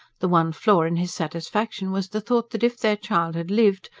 the one flaw in his satisfaction was the thought that if their child had lived,